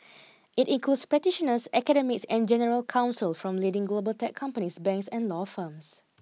it includes practitioners academics and general counsel from leading global tech companies banks and law firms